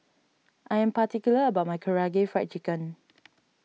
I am particular about my Karaage Fried Chicken